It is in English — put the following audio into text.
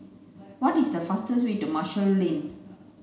what is the easiest way to Marshall Lane